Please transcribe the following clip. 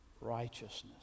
righteousness